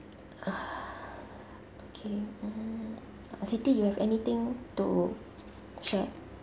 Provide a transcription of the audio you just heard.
okay mm uh siti you have anything to sure